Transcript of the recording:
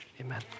amen